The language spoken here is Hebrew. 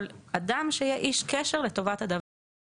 אבל אדם שיהיה איש קשר לטובת הדבר הזה,